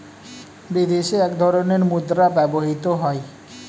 বিদেশে এক ধরনের মুদ্রা ব্যবহৃত হয়